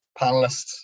panelists